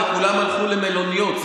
וכולם הלכו למלוניות,